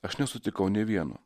aš nesutikau nė vieno